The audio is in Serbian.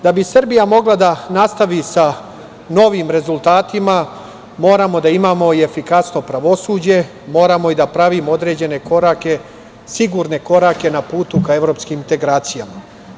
Da bi Srbija mogla da nastavi sa novim rezultatima moramo da imamo i efikasno pravosuđe, moramo i da pravimo određene korake, sigurne korake na putu ka evropskim integracijama.